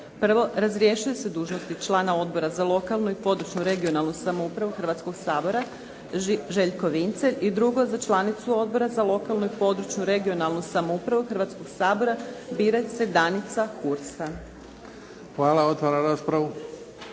Prvo, razrješuje se dužnosti člana Odbora za lokalnu i područnu regionalnu samoupravu Hrvatskog sabora, Željko Vincelj. I drugo, za članicu Odbora za Odbora za lokalnu i područnu regionalnu samoupravu Hrvatskog sabora bira se Danica Hursa. **Bebić, Luka